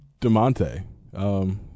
DeMonte